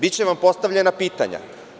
Biće vam postavljena pitanja.